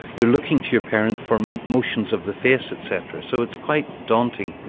you're looking to your parent for emotions of the face etc, so it's quite daunting.